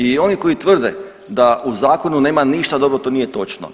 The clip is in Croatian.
I oni koji tvrde da u zakonu nema ništa dobro to nije točno.